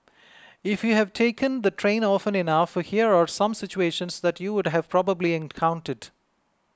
if you've taken the train often enough here are some situations that you would have probably encountered